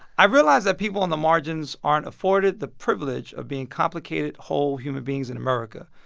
i realized that people on the margins aren't afforded the privilege of being complicated, whole human beings in america.